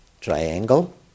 triangle